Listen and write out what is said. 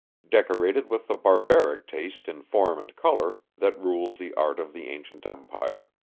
decorated with the barbaric taste in form and color that rules the art of the ancient empire.